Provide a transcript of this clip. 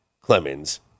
Clemens